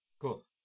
Cool